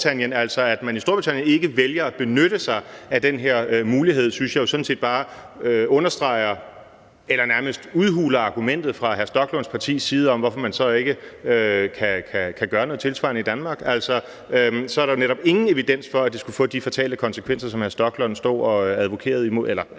det, at man i Storbritannien ikke vælger at benytte sig af den her mulighed, synes jeg sådan set bare, det understreger eller nærmest udhuler argumentet fra hr. Rasmus Stoklunds parti om, hvorfor vi ikke kan gøre noget tilsvarende i Danmark. Så er der netop ingen evidens for, at det skulle få de fatale konsekvenser, som hr. Rasmus Stoklund tidligere stod og advarede imod.